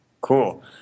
Cool